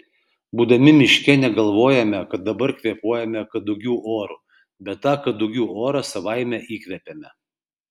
būdami miške negalvojame kad dabar kvėpuojame kadugių oru bet tą kadugių orą savaime įkvepiame